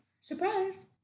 Surprise